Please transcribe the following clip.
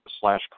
slash